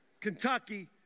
Kentucky